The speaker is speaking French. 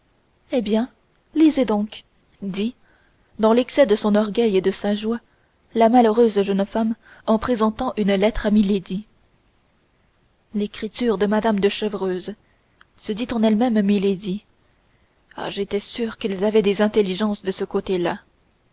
eh bien lisez donc dit dans l'excès de son orgueil et de sa joie la malheureuse jeune femme en présentant une lettre à milady l'écriture de mme de chevreuse se dit en elle-même milady ah j'étais bien sûre qu'ils avaient des intelligences de ce côté-là